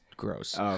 Gross